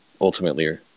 ultimately